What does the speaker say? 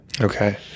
Okay